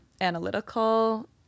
analytical